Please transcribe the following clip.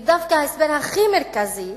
ודווקא ההסבר הכי מרכזי,